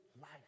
life